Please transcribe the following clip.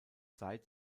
seit